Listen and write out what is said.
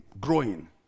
growing